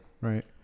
Right